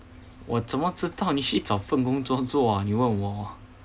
我怎么知道你去找份工作做啊你问我